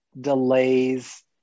delays